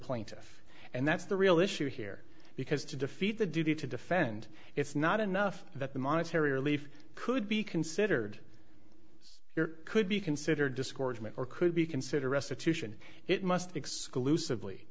plaintiff and that's the real issue here because to defeat the duty to defend it's not enough that the monetary relief could be considered here could be considered discouragement or could be considered restitution it must be exclusively